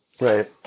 Right